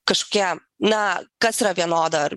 kažkokie na kas yra vienoda ar